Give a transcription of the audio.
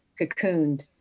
cocooned